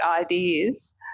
ideas